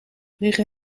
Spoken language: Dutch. liggen